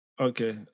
Okay